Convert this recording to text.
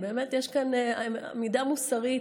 יש פה עמידה מוסרית,